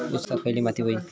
ऊसाक खयली माती व्हयी?